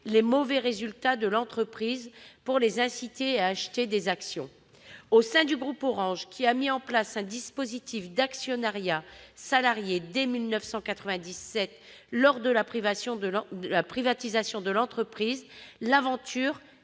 les mauvais résultats de l'entreprise pour les inciter à acheter des actions. Au sein du groupe Orange, qui a mis en place un dispositif d'actionnariat salarié dès 1997, lors de la privatisation de l'entreprise, l'aventure